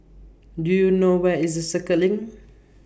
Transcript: Do YOU know Where IS Circuit LINK